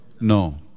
No